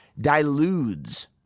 dilutes